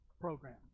program